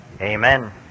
Amen